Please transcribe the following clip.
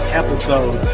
episode